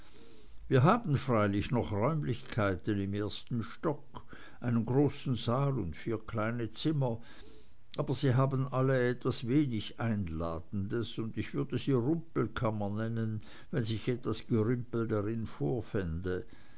wir haben freilich noch räumlichkeiten im ersten stock einen großen saal und vier kleine zimmer aber sie haben alle etwas wenig einladendes und ich würde sie rumpelkammer nennen wenn sich etwas gerümpel darin vorfände